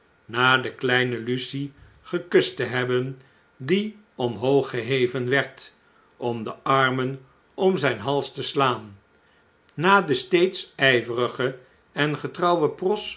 na de kleine lucie gekust te hebben die omhooggeheven werd om de armen om zh'n hals te slaan na de steeds jjverige en getrouwe